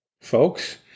folks